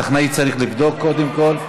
הטכנאי צריך לבדוק קודם כול.